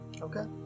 Okay